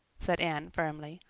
said anne firmly.